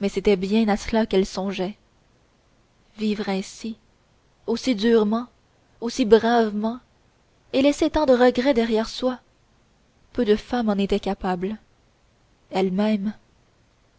mais c'était bien à cela qu'elle songeait vivre ainsi aussi durement aussi bravement et laisser tant de regret derrière soi peu de femmes en étaient capables elle-même